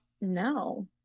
No